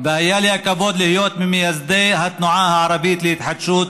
והיה לי הכבוד להיות ממייסדי התנועה הערבית להתחדשות,